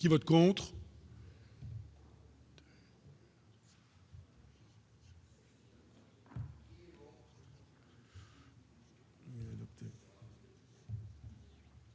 qui vote contre